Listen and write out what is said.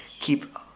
keep